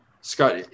Scott